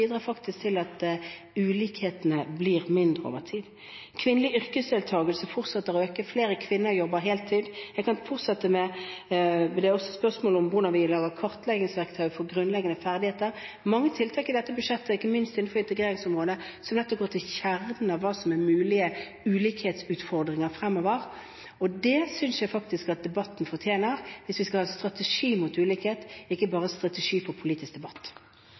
til at ulikhetene blir mindre over tid. Kvinners yrkesdeltagelse fortsetter å øke. Flere kvinner jobber heltid. Jeg kan fortsette med å nevne at dette også er et spørsmål om hvordan vi lager kartleggingsverktøy for grunnleggende ferdigheter. Det er mange tiltak i dette budsjettet – ikke minst innenfor integreringsområdet – som nettopp går til kjernen av hva som er mulige ulikhetsutfordringer fremover. Det synes jeg faktisk at debatten fortjener, hvis vi skal ha en strategi mot ulikhet – ikke bare en strategi for politisk debatt.